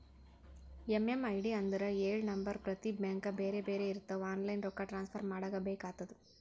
MMID ಅಂದುರ್ ಎಳು number ಪ್ರತಿ ಬ್ಯಾಂಕ್ಗ ಬ್ಯಾರೆ ಬ್ಯಾರೆ ಇರ್ತಾವ್ ಆನ್ಲೈನ್ ರೊಕ್ಕಾ ಟ್ರಾನ್ಸಫರ್ ಮಾಡಾಗ ಬೇಕ್ ಆತುದ